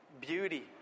beauty